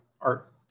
art